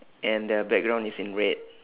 and the background is in red